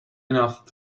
enough